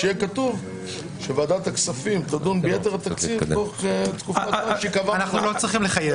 שמתוך כבוד עמוק לתרומתו האדירה של שר התחבורה הקודם